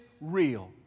real